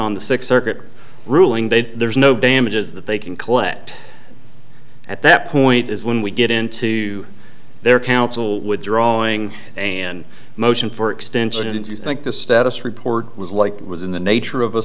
on the six circuit ruling that there's no damages that they can collect at that point is when we get into their counsel with drawing and motion for extension and think the status report was like it was in the nature of a